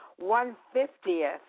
One-fiftieth